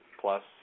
plus